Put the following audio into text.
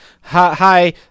Hi